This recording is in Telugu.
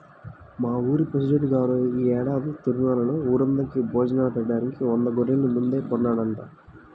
మా ఊరి పెసిడెంట్ గారు యీ ఏడాది తిరునాళ్ళలో ఊరందరికీ భోజనాలు బెట్టడానికి వంద గొర్రెల్ని ముందే కొన్నాడంట